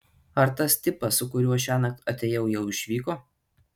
ar tas tipas su kuriuo šiąnakt atėjau jau išvyko